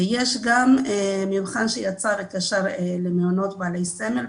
ויש גם מבחן שיצא למעונות בעלי סמל,